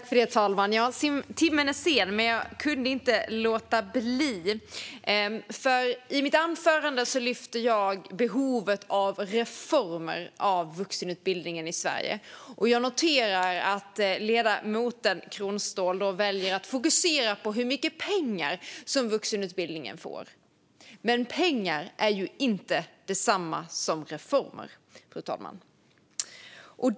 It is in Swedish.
Fru talman! Timmen är sen, men jag kunde inte låta bli att begära replik. I mitt anförande tog jag upp behovet av reformer av vuxenutbildningen i Sverige. Jag noterar att ledamoten Kronståhl då väljer att fokusera på hur mycket pengar som vuxenutbildningen får. Men pengar är ju inte detsamma som reformer, fru talman.